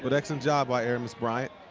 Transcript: but excellent job by aramis bryant.